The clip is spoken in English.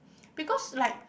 because like